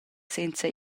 senza